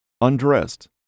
Undressed